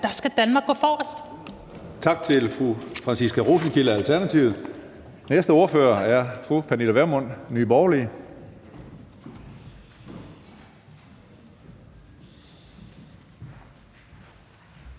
der skal Danmark gå forrest.